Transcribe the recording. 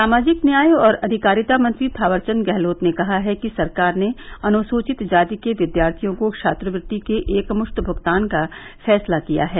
सामाजिक न्याय और अधिकारिता मंत्री थावरचंद गहलोत ने कहा है कि सरकार ने अनुसूचित जाति के विद्यार्थियों को छात्रवृति के एकमृत्त भूगतान का फैसला किया है